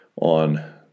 on